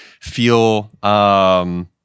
feel